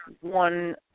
one